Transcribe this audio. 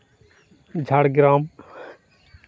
Jhargram